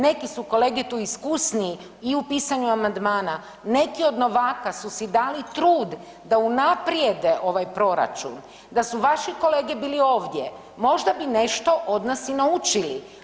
Neki su kolege tu iskusniji i u pisanju amandmana, neki od novaka su si dali trud da unaprijede ovaj proračun, da su vaši kolege bili ovdje, možda bi nešto od nas i naučili.